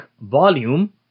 volume